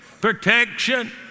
protection